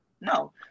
No